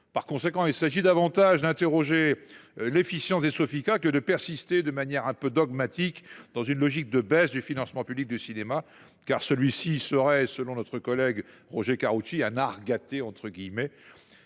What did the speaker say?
Par conséquent, il s’agit davantage d’interroger l’efficience des Sofica que de persister, de manière un peu dogmatique, dans une logique de baisse du financement public du cinéma, au motif, selon notre collègue Roger Karoutchi, que celui ci